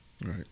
Right